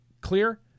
Clear